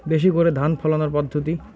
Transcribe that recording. বেশি করে ধান ফলানোর পদ্ধতি?